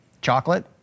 Chocolate